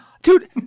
Dude